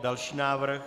Další návrh.